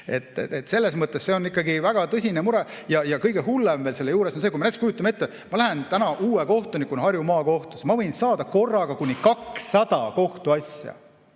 Selles mõttes on see väga tõsine mure. Kõige hullem selle juures on see, kui me näiteks kujutame ette, et ma lähen täna uue kohtunikuna Harju Maakohtusse, siis ma võin saada korraga kuni 200 kohtuasja.